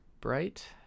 bright